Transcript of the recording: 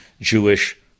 Jewish